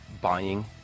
buying